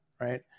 right